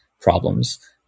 problems